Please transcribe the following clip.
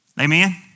Amen